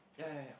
ya ya ya ya